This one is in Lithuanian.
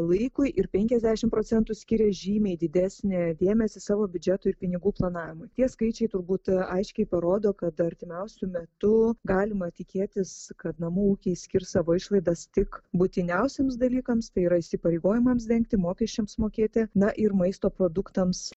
laikui ir penkiasdešimt procentų skiria žymiai didesnį dėmesį savo biudžetui pinigų planavimui tie skaičiai turbūt aiškiai parodo kad artimiausiu metu galima tikėtis kad namų ūkiai skirs savo išlaidas tik būtiniausiems dalykams tai yra įsipareigojimams dengti mokesčiams mokėti na ir maisto produktams